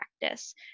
practice